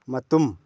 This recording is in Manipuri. ꯃꯇꯨꯝ